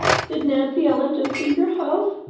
did nancy ellen just leave your house?